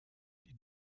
die